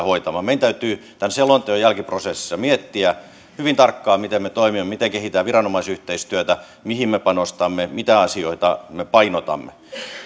hoitamaan meidän täytyy tämän selonteon jälkiprosessissa miettiä hyvin tarkkaan miten me toimimme miten kehitetään viranomaisyhteistyötä mihin me panostamme mitä asioita me painotamme